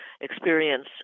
experience